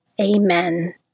Amen